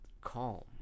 calm